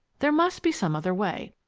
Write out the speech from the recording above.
there must be some other way.